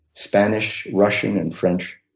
spanish, russian and french.